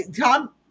Tom